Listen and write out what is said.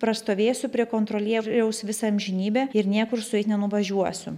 prastovėsiu prie kontrolieriaus visą amžinybę ir niekur su jais nenuvažiuosiu